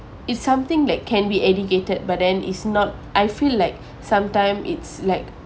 it's something like can be educated but then it's not I feel like sometime it's like